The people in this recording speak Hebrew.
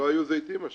לא היו זיתים השנה.